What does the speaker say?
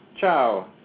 Ciao